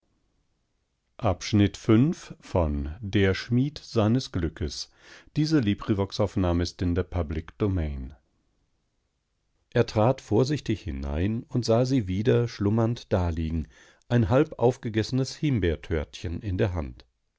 er trat vorsichtig hinein und sah sie wieder schlummernd daliegen ein halb aufgegessenes himbeertörtchen in der hand